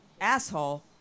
Asshole